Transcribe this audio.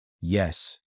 Yes